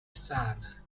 sana